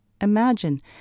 Imagine